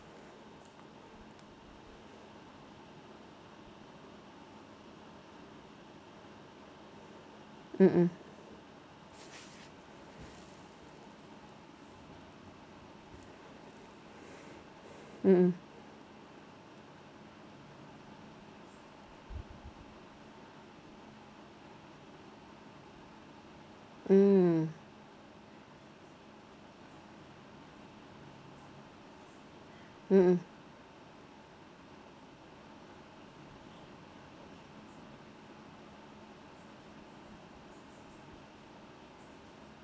mmhmm mmhmm mm mmhmm